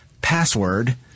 password